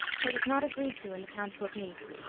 it was not agreed to in the council of nice,